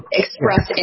express